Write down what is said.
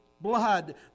blood